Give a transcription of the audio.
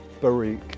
Baruch